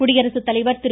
குடியரசு தலைவர் திரு